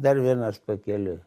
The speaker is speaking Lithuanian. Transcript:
dar vienas pakeliui